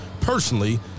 personally